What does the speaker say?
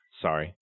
Sorry